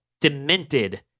demented